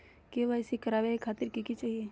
KYC करवावे खातीर कि कि चाहियो?